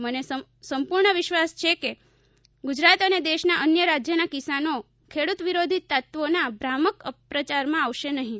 મને સંપૂર્ણ વિશ્વાસ છે કે ગુજરાત અને દેશના અન્ય રાજ્યના કિસાનો ખેડૂતવિરોધી તત્વોના ભ્રામક અપપ્રચારમાં આવશે નહિ